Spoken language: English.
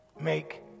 make